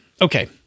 Okay